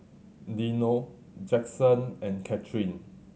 Dino Jackson and Kathrine